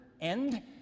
end